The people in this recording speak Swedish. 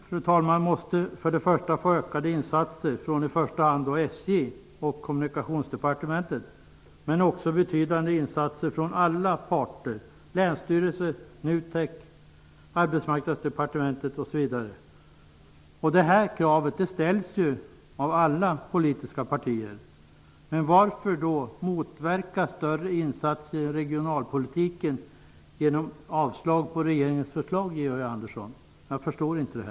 Ånge kommun måste först och främst få ökade insatser från i första hand SJ och Kommunikationsdepartementet. Men man måste också få betydande insatser från alla parter: Arbetsmarknadsdepartementet osv. Det här kravet ställs av alla politiska partier. Varför då motverka större insatser i regionalpolitiken genom avslag på regeringens förslag, Georg Andersson? Jag förstår inte det.